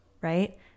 right